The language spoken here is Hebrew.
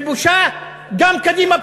ובושה גם קדימה,